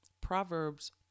Proverbs